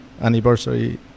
anniversary